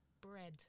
bread